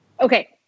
Okay